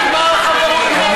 נגמרה החברות עם האופוזיציה,